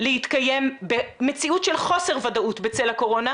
להתקיים במציאות של חוסר ודאות בצל הקורונה,